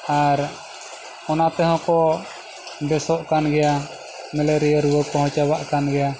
ᱟᱨ ᱚᱱᱟ ᱛᱮᱦᱚᱸ ᱠᱚ ᱵᱮᱥᱚᱜ ᱠᱟᱱ ᱜᱮᱭᱟ ᱢᱮᱞᱮᱨᱤᱭᱟᱹ ᱨᱩᱣᱟᱹ ᱠᱚᱦᱚᱸ ᱪᱟᱵᱟᱜ ᱠᱟᱱ ᱜᱮᱭᱟ